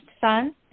son